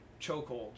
chokeholds